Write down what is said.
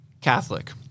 Catholic